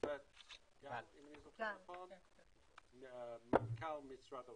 השופט גל, מנכ"ל משרד האוצר,